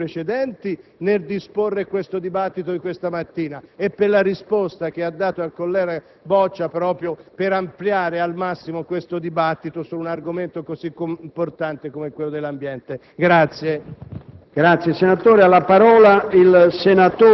per la sensibilità dimostrata nei giorni scorsi nel disporre il dibattito di questa mattina e per la risposta che ha dato al collega Boccia, per ampliare al massimo il dibattito su un argomento così importante come l'ambiente